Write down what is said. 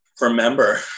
remember